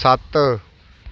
ਸੱਤ